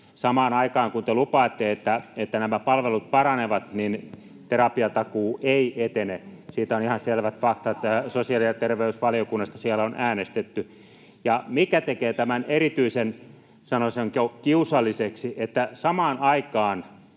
Samaan aikaan, kun te lupaatte, että nämä palvelut paranevat, terapiatakuu ei etene. Siitä on ihan selvät faktat sosiaali- ja terveysvaliokunnasta — siellä on äänestetty. Ja se tekee tämän erityisen, sanoisinko, kiusalliseksi, että samaan aikaan